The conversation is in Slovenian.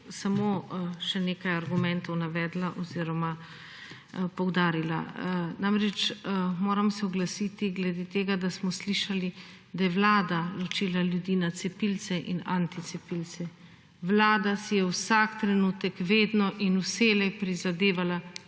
samo še nekaj argumentov navedla oziroma poudarila. Namreč moram se oglasiti glede tega, da smo slišali, da je Vlada ločila ljudi na cepilce in ati cepilce. Vlada si je vsak trenutek vedno in vselej prizadevala